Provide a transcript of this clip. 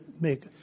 make